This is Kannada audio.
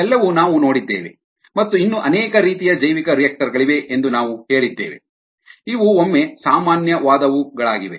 ಇವೆಲ್ಲವೂ ನಾವು ನೋಡಿದ್ದೇವೆ ಮತ್ತು ಇನ್ನೂ ಅನೇಕ ರೀತಿಯ ಜೈವಿಕರಿಯಾಕ್ಟರ್ ಗಳಿವೆ ಎಂದು ನಾವು ಹೇಳಿದ್ದೇವೆ ಇವು ಒಮ್ಮೆ ಸಾಮಾನ್ಯವಾದವುಗಳಾಗಿವೆ